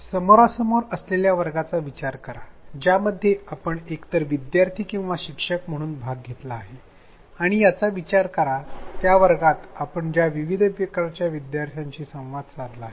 समोरासमोर असलेल्या वर्गाचा विचार करा ज्यामध्ये आपण एकतर विद्यार्थी किंवा शिक्षक म्हणून भाग घेतला आहे आणि याचा विचार करा त्या वर्गात आपण ज्या विविध प्रकारच्या विद्यार्थ्यांशी संवाद साधला आहे